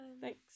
Thanks